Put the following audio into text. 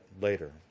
later